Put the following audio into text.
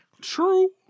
True